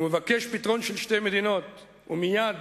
הוא מבקש פתרון של שתי מדינות, ומייד.